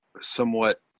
somewhat